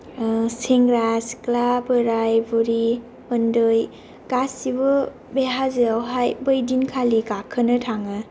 सेंग्रा सिख्ला बोराय बुरि उन्दै गासिबो बे हाजोयाव हाय बै दिनखालि गाखोनो थाङो